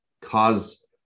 cause